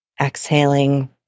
exhaling